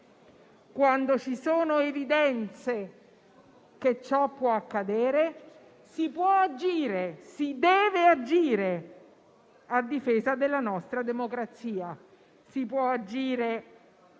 Quando ci sono evidenze che ciò può accadere, si può e si deve agire a difesa della nostra democrazia. Si può agire